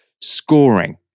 scoring